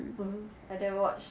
mmhmm I never watch